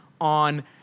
on